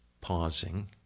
pausing